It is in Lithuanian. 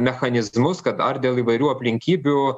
mechanizmus kad ar dėl įvairių aplinkybių